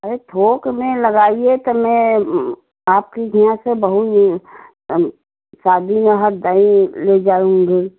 अरे थौक में लगाइए कि मैं आपके यहाँ से बहुत यह शादी में हर दही ले जाऊँगी